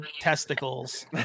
testicles